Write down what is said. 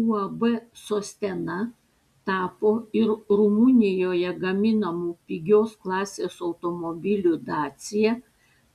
uab sostena tapo ir rumunijoje gaminamų pigios klasės automobilių dacia